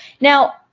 Now